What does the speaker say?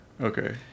okay